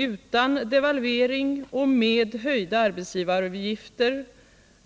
Utan devalvering och med höjda arbetsgivaravgifter